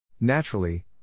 Naturally